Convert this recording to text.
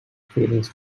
feelings